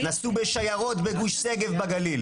נסעו בשיירות בגוש שגב בגליל.